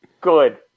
Good